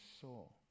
soul